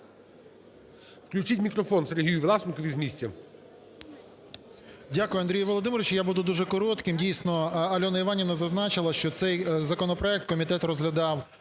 Включіть мікрофон Сергію Власенкові з місця. 13:48:33 ВЛАСЕНКО С.В. Дякую, Андрій Володимировичу. Я буду дуже коротким. Дійсно, Альона Іванівна зазначила, що цей законопроект комітет розглядав…